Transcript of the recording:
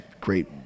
great